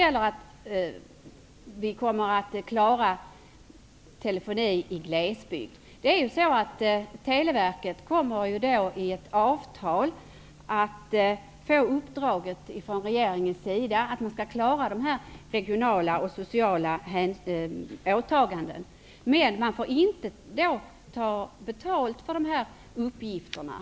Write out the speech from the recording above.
Sedan något om detta med telefonin i glesbygden. Televerket kommer i ett avtal att få i uppdrag av regeringen att man skall klara de regionala och sociala åtagandena. Men man får inte ta betalt för de här uppgifterna.